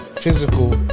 physical